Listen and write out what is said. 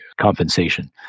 compensation